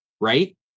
right